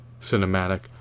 cinematic